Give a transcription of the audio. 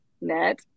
net